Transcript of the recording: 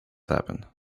happened